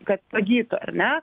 kad pagytų ar ne